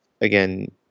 again –